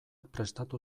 prestatu